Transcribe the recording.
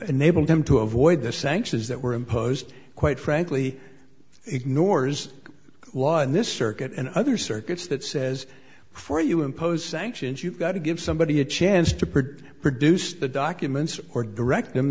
enabled him to avoid the sanctions that were imposed quite frankly ignores law in this circuit and other circuits that says for you impose sanctions you've got to give somebody a chance to produce produce the documents or direct them